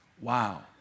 Wow